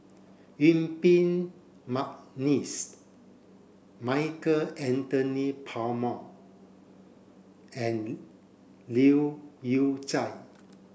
Yuen Peng McNeice Michael Anthony Palmer and Leu Yew Chye